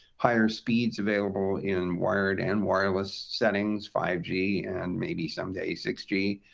higher speeds available in wired and wireless settings, five g and maybe someday six g